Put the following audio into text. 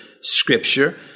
scripture